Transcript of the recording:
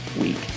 week